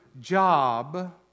job